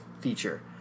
feature